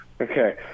Okay